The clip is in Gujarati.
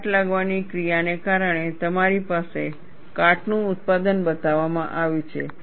કાટ લાગવાની ક્રિયાને કારણે તમારી પાસે કાટનું ઉત્પાદન બતાવવામાં આવ્યું છે